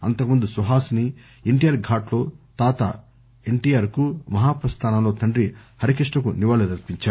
అంతకుముందు సుహాసిని ఎన్టీఆర్ ఘాట్ లో తాత ఎన్టీఆర్ కు మహాప్రస్థానం లో తండ్రి హరికృష్ణకు నివాళులు అర్పించారు